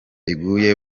iguye